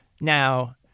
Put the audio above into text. Now-